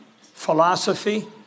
philosophy